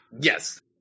yes